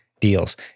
deals